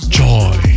joy